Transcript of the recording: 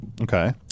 Okay